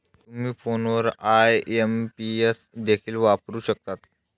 तुम्ही फोनवर आई.एम.पी.एस देखील वापरू शकता